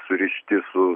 surišti su